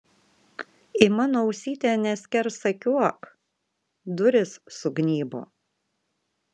į mano ausytę neskersakiuok durys sugnybo